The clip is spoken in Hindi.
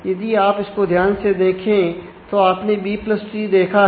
यदि आप इसको ध्यान से देखें तो आपने बी प्लस ट्री देखा है